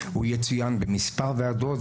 והוא יצוין בכמה ועדות,